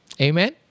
Amen